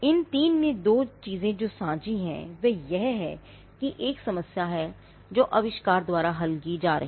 इन 3 में जो चीज साँझी है वह यह है कि एक समस्या है जो आविष्कार द्वारा हल की जा रही है